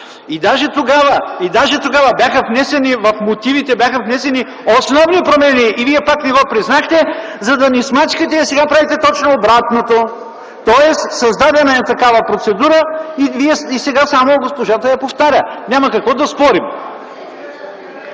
отменена. Тогава в мотивите бяха внесени основни промени, и вие пак не го признахте, за да ни смачкате, а сега правите точно обратното. Тоест създадена е такава процедура и сега само госпожата я повтаря. Няма какво да спорим!